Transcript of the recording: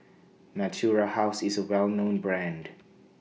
Natura House IS A Well known Brand